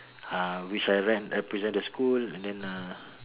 uh which I ran represent the school and then uh